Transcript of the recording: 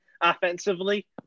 offensively